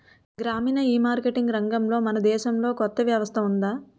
గ్రామీణ ఈమార్కెటింగ్ రంగంలో మన దేశంలో కొత్త వ్యవస్థ ఉందా?